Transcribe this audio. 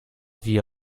wie